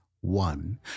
one